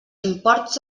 imports